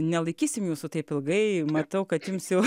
nelaikysim jūsų taip ilgai matau kad jums jau